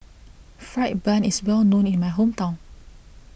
Fried Bun is well known in my hometown